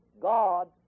God